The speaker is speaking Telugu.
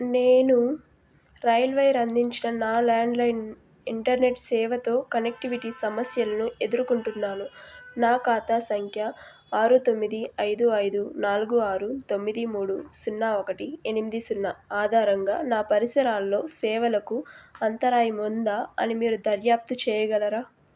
నేను రైల్వైర్ అందించిన నా ల్యాండ్లైన్ ఇంటర్నెట్ సేవతో కనెక్టివిటీ సమస్యలను ఎదుర్కొంటున్నాను నా ఖాతా సంఖ్య ఆరు తొమ్మిది ఐదు ఐదు నాలుగు ఆరు తొమ్మిది మూడు సున్నా ఒకటి ఎనిమిది సున్నా ఆధారంగా నా పరిసరాల్లో సేవలకు అంతరాయం ఉందా అని మీరు దర్యాప్తు చెయ్యగలరా